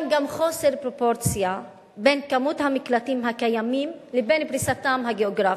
יש גם חוסר פרופורציה בין כמות המקלטים הקיימים לבין פריסתם הגיאוגרפית,